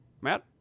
Matt